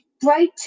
bright